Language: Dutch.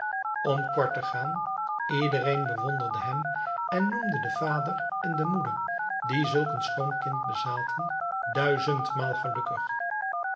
om kort te gaan iedereen bewonderde hem en noemde den vader en de moeder die zulk een schoon kind bezaten duizendmaal gelukkig